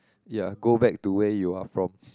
ya go back to where you are from